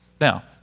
now